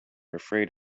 afraid